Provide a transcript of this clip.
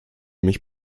mich